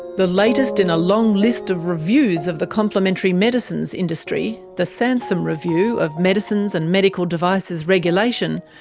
the latest in a long list of reviews of the complementary medicines industry, the sansom review of medicines and medical devices regulation,